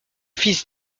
fils